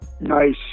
Nice